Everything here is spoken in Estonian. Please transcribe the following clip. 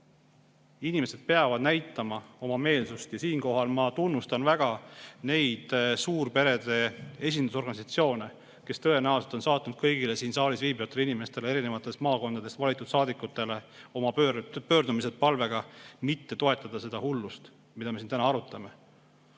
Inimesed peavad näitama oma meelsust ja siinkohal ma tunnustan väga neid suurperede esindusorganisatsioone, kes tõenäoliselt on saatnud kõigile siin saalis viibivatele inimestele, erinevatest maakondadest valitud saadikutele oma pöördumise palvega mitte toetada seda hullust, mida me siin täna arutame.